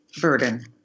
burden